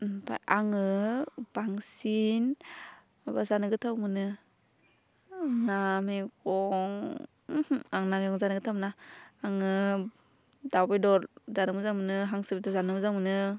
ओमफ्राय आङो बांसिन माबा जानो गोथाव मोनो ना मेगं उमहु आं ना मेगं जानो गोथाव मोना आङो दाउ बेदर जानो मोजां मोनो हांसो बेदर जानो मोजां मोनो